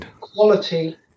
quality